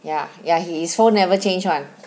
ya yeah his phone never change [one]